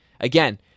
again